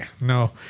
No